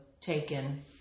taken